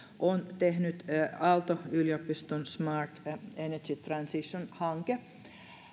on tehnyt aalto yliopiston smart energy transition hanke